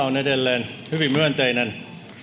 on edelleen hyvin myönteinen